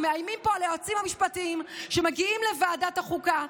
אתם מאיימים פה על יועצים המשפטיים שמגיעים לוועדת החוקה.